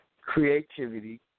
creativity